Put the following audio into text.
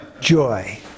joy